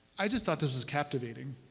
i just thought this was captivating.